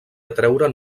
atreure